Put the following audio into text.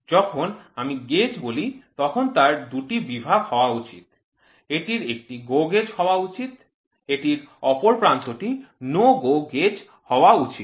যখন আমি গেজ বলি তখন তার দুটি বিভাগ হওয়া উচিত এটির একটি GO gauge হওয়া উচিত এটির অপর প্রান্তটি NO GO gauge হওয়া উচিত